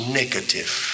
negative